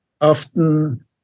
often